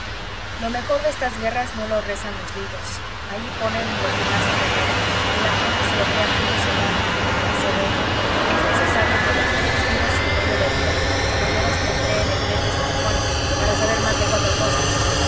lo mejor de estas guerras no lo rezan los libros ahí ponen lo que más acomoda y la gente se lo cree a puño cerrado ya se ve es necesario tener tres duros y medio de vida como yo los tendré en el mes de san juan para saber más de cuatro cosas